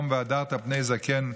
יום "והדרת פני זקן",